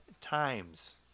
times